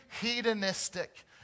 hedonistic